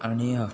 आनी